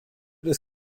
das